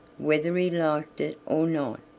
whether he liked it or not,